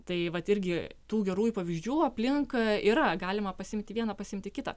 tai vat irgi tų gerųjų pavyzdžių aplink yra galima pasiimti vieną pasiimti kitą